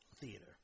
theater